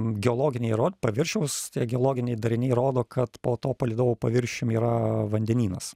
geologiniai rod paviršiaus tie geologiniai dariniai rodo kad po to palydovo paviršiumi yra vandenynas